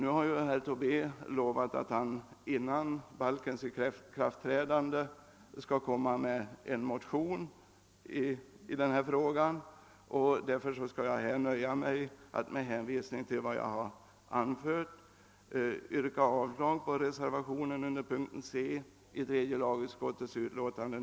Herr Tobé har emellertid lovat att han före balkens ikraftträdande skall väcka en motion i denna fråga, så vi får väl så småningom en ny diskussion i denna fråga.